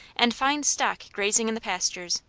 and fine stock grazing in the pastures,